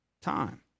time